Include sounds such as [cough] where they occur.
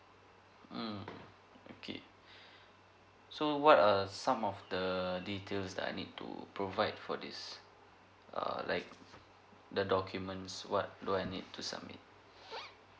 mm okay [breath] so what are some of the details that I need to provide for this err like the documents what do I need to submit